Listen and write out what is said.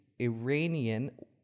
Iranian